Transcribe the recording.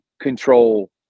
control